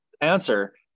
answer